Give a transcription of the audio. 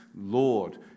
Lord